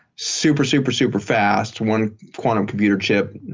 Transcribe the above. super, super, super fast. one quantum computer chip,